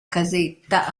casetta